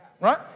right